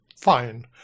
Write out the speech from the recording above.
fine